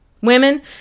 Women